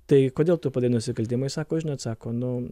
tai kodėl tu padarei nusikaltimą jis sako žinot sako nu